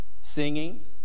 Singing